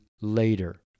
later